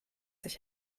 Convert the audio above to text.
sich